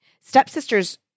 Stepsisters